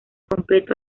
completo